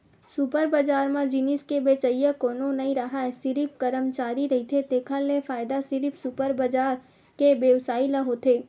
super बजार म जिनिस के बेचइया कोनो नइ राहय सिरिफ करमचारी रहिथे तेखर ले फायदा सिरिफ सुपर बजार के बेवसायी ल होथे